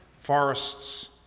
forests